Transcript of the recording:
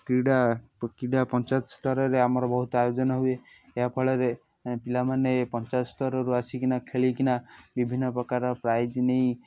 କ୍ରୀଡ଼ା କ୍ରୀଡ଼ା ପଞ୍ଚାୟତ ସ୍ତରରେ ଆମର ବହୁତ ଆୟୋଜନ ହୁଏ ଏହା ଫଳରେ ପିଲାମାନେ ଏ ପଞ୍ଚାୟତ ସ୍ତରରୁ ଆସିକିନା ଖେଳିକିନା ବିଭିନ୍ନ ପ୍ରକାର ପ୍ରାଇଜ ନେଇ